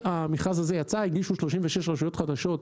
המכרז הזה יצא, הגישו 36 רשויות חדשות.